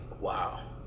wow